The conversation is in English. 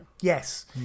Yes